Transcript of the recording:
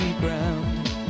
ground